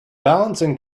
balancing